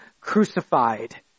crucified